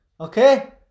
Okay